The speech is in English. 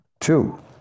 Two